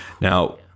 Now